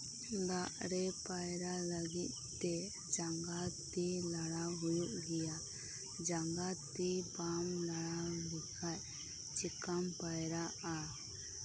ᱫᱟᱜᱨᱮ ᱯᱟᱭᱨᱟ ᱞᱟᱹᱜᱤᱫ ᱛᱮ ᱡᱟᱸᱜᱟ ᱛᱤ ᱞᱟᱲᱟᱣ ᱦᱩᱭᱩᱜ ᱜᱮᱭᱟ ᱡᱟᱸᱜᱟ ᱛᱤ ᱵᱟᱢ ᱞᱟᱲᱟᱣ ᱞᱮᱠᱷᱟᱱ ᱪᱮᱠᱟᱢ ᱯᱟᱭᱨᱟᱜᱼᱟ